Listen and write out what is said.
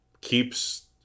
keeps